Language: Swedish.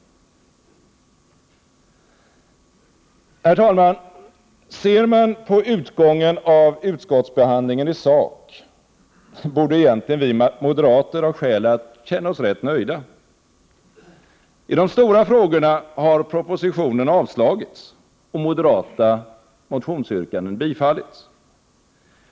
Herr talman! Ser man på utgången av utskottsbehandlingen i sak, borde egentligen vi moderater ha skäl att känna oss rätt nöjda. I de stora frågorna har propositionen avstyrkts och moderata motionsyrkanden tillstyrkts.